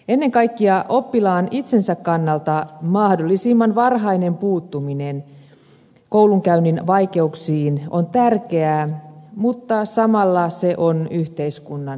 ennen kaikkea oppilaan itsensä kannalta mahdollisimman varhainen puuttuminen koulunkäynnin vaikeuksiin on tärkeää mutta samalla se on yhteiskunnan etu